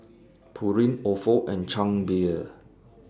Pureen Ofo and Chang Beer